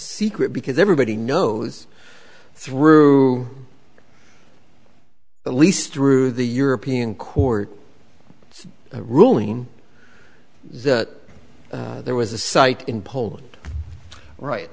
secret because everybody knows through at least through the european court ruling that there was a site in poland right